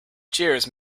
cheers